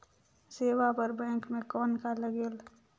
सेवा बर बैंक मे कौन का लगेल?